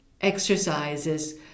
exercises